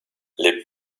les